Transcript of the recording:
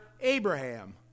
Abraham